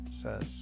says